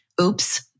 oops